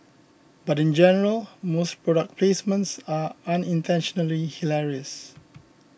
but in general most product placements are unintentionally hilarious